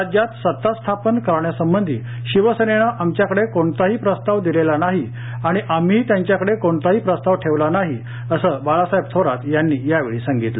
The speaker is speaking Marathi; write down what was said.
राज्यात सत्ता स्थापन करण्यासंबधी शिवसेनेनं आमच्याकडे कोणताही प्रस्ताव दिलेला नाही आणि आम्हीही त्यांच्याकडे कोणताही प्रस्ताव ठेवला नाही असं बाळासाहेब थोरात यांनी यावेळी सांगितलं